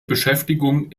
beschäftigung